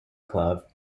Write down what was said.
club